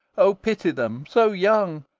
o pity them so young,